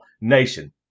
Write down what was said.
Nation